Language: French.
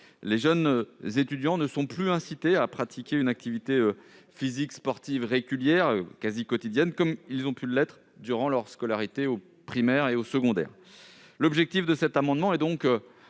Les étudiants ne sont plus incités à pratiquer une activité physique sportive régulière, quasi quotidienne, comme ils ont pu l'être durant leur scolarité primaire et secondaire. L'objectif des auteurs de cet amendement est